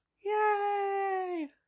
Yay